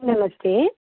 नमस्ते